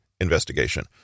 investigation